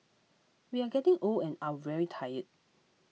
we are getting old and are very tired